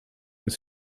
ist